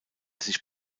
sich